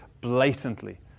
blatantly